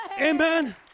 Amen